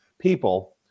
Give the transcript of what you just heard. People